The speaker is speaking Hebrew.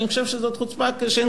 אני חושב שזאת חוצפה שאין